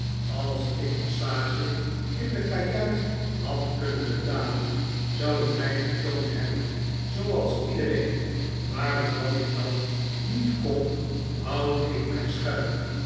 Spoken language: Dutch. als ik passage in de kajuit had kunnen betalen zou ik mij vertoond hebben zooals iedereen maar omdat ik dat niet kon houd ik mij schuil